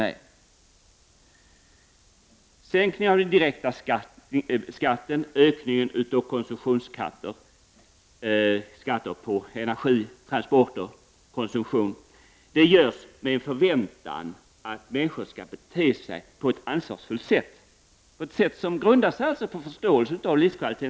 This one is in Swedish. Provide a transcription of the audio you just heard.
Med sänkningen av den direkta skatten och ökningen av konsumtionsskatter — jag tänker då på energi, transporter och konsumtion — förväntar man sig att människor skall bete sig på ett ansvarsfullt sätt, alltså att människors beteende skall grundas på att de förstår vad som är förutsättningarna för livskvalitet.